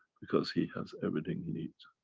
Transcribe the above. because he has everything he needs.